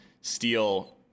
steal